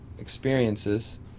experiences